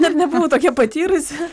dar nebuvau tokia patyrusi